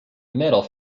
middle